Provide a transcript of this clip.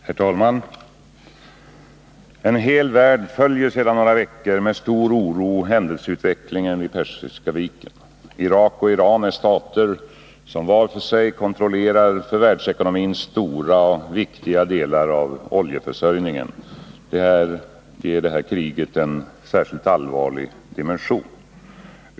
Herr talman! En hel värld följer sedan några veckor med stor oro händelseutvecklingen runt Persiska viken. Irak och Iran är stater som var för sig kontrollerar för världsekonomin stora och viktiga delar av oljeförsörjningen. Det ger detta krig en särskilt allvarlig dimension.